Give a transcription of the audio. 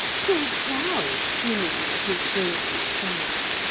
so proud, seemingly, of his dainty femme.